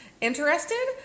Interested